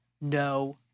no